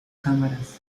cámaras